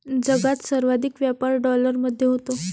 जगात सर्वाधिक व्यापार डॉलरमध्ये होतो